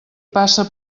passa